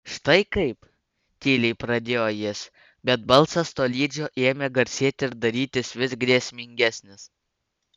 štai kaip tyliai pradėjo jis bet balsas tolydžio ėmė garsėti ir darytis vis grėsmingesnis